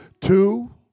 Two